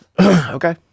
okay